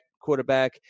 quarterback